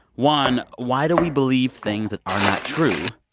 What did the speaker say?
one, why do we believe things that are not true?